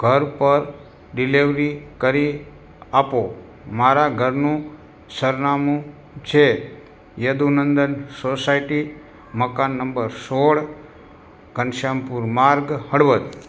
ઘર પર ડીલેવરી કરી આપો મારા ઘરનું સરનામું છે યદુનંદન સોસાયટી મકાન નંબર સોળ ઘનશ્યામપુર માર્ગ હળવદ